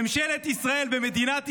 ממשלת ישראל ומדינת ישראל.